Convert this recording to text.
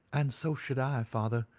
and so should i, father,